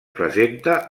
presenta